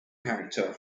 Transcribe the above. character